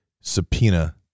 subpoena